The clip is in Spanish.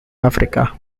áfrica